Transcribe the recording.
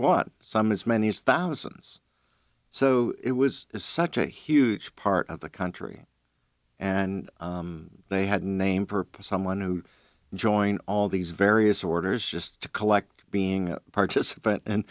what some as many as thousands so it was such a huge part of the country and they had a name purpose someone who join all these various orders just to collect being a participant and